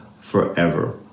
forever